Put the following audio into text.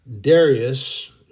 Darius